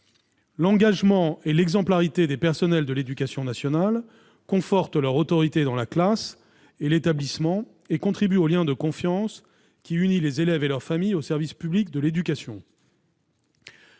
l'engagement et l'exemplarité des personnels de l'éducation nationale confortent leur autorité dans la classe et l'établissement et contribuent au lien de confiance qui unit les élèves et leur famille au service public de l'éducation. »